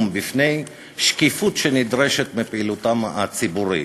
בפני השקיפות הנדרשת מפעילותם הציבורית,